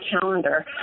calendar